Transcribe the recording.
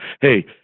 hey